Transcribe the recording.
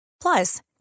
Plus